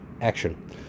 Action